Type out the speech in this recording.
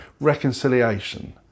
reconciliation